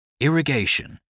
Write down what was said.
Irrigation